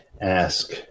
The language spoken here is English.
ask